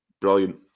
brilliant